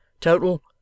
Total